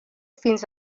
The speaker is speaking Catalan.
fins